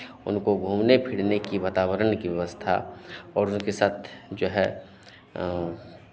उनको घूमने फिरने की वातावरण की व्यवस्था और उनके साथ जो है